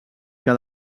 que